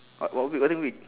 what what what do we